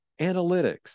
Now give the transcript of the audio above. analytics